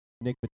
Nick